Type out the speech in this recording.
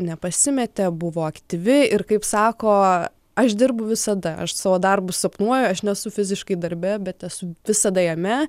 nepasimetė buvo aktyvi ir kaip sako aš dirbu visada aš savo darbus sapnuoju aš nesu fiziškai darbe bet esu visada jame